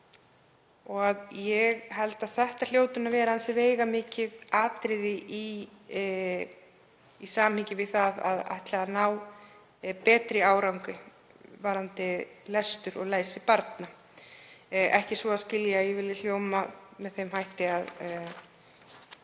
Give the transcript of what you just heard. Ég held að það hljóti að vera ansi veigamikið atriði í samhengi við að ætla að ná betri árangri varðandi lestur og læsi barna. Ekki svo að skilja að ég vilji hljóma með þeim hætti að